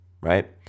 right